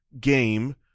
game